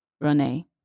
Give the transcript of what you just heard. Rene